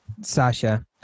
Sasha